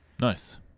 Nice